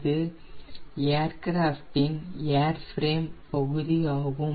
இது ஏர்கிராஃப்ட் இன் ஏர்ஃபிரேம் பகுதியாகும்